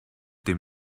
dem